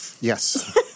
Yes